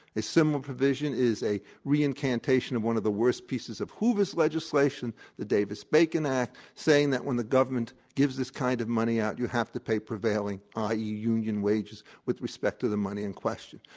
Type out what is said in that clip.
a similar provision is a re-incantation of one of the worst pieces of hoover's legislation the davis-bacon act, saying that when the government gives this kind of money out, you have to pay prevailing i. e. union wages with respect to the money in question.